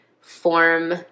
form